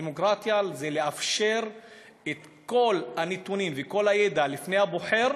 דמוקרטיה זה לאפשר את כל הנתונים וכל הידע בפני הבוחר